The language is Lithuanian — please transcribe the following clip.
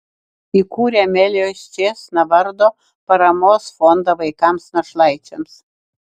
įkūrė amelijos čėsna vardo paramos fondą vaikams našlaičiams